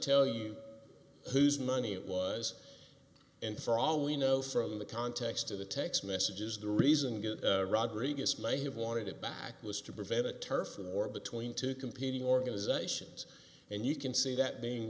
tell you whose money it was and for all we know from the context of the text messages the reason rodriguez may have wanted it back was to prevent a turf war between two competing organizations and you can see that being